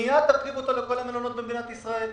מיד תרחיב אותו לכל המלונות במדינת ישראל.